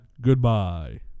goodbye